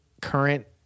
current